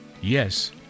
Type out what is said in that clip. yes